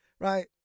right